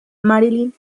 marilyn